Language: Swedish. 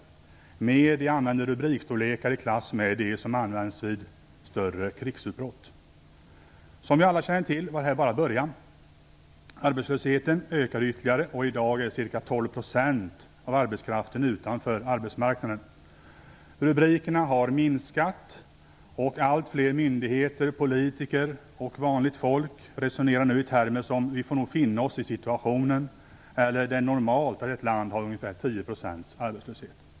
Medierna använde rubrikstorlekar i klass med dem som används vid större krigsutbrott. Som vi alla känner till var detta bara början. Arbetslösheten ökade ytterligare, och i dag är ca 12 % av arbetskraften utanför arbetsmarknaden. Rubrikerna har minskat, och allt fler myndigheter, politiker och vanligt folk resonerar nu i termer som "Vi får nog finna oss i situationen" eller "Det är normalt att ett land har ungefär 10 % arbetslöshet".